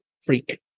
freak